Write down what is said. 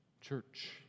church